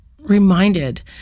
reminded